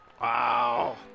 Wow